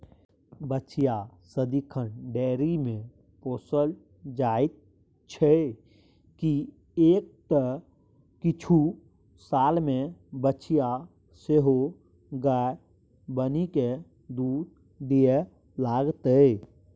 बछिया सदिखन डेयरीमे पोसल जाइत छै किएक तँ किछु सालमे बछिया सेहो गाय बनिकए दूध दिअ लागतै